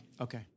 Okay